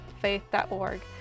faith.org